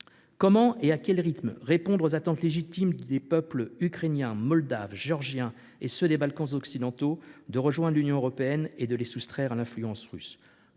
Comment, et à quel rythme, répondra t on aux attentes légitimes des peuples ukrainien, moldave, géorgien, et à ceux des Balkans occidentaux de rejoindre l’Union européenne et d’être soustraits à l’influence russe ?